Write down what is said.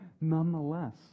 nonetheless